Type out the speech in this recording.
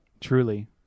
Truly